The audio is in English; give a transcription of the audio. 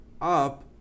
up